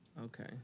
Okay